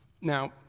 Now